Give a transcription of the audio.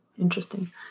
interesting